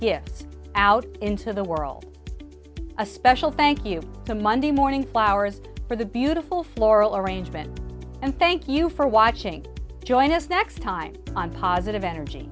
gifts out into the world a special thank you the monday morning for the beautiful floral arrangement and thank you for watching join us next time on positive energy